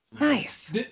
Nice